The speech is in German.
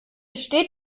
steht